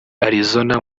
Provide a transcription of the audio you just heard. arizona